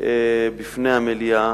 בפני המליאה,